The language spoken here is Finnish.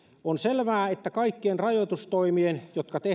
on selvää että kaikkien rajoitustoimien jotka tehdään